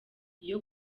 iyo